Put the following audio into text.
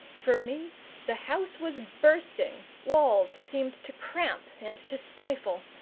for me the house was bursting, walls seemed to cramp and to stifle,